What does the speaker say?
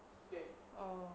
oh